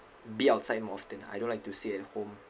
be outside more often I don't like to sit at home